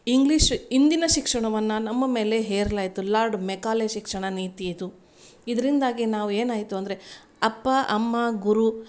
English ಇಂದಿನ ಶಿಕ್ಷಣವನ್ನ ನಮ್ಮ ಮೇಲೆ ಹೇರಲಾಯಿತು ಲಾರ್ಡ್ ಮೆಕಾಲೆ ಇದರಿಂದಾಗಿ ನಾವು ಏನಾಯಿತು ಅಂದರೆ ಅಪ್ಪ ಅಮ್ಮ ಗುರು